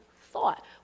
thought